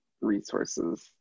resources